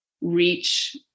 reach